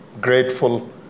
grateful